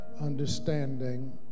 understanding